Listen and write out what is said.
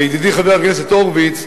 וידידי חבר הכנסת הורוביץ,